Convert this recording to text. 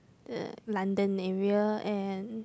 the London area and